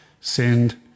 send